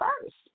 first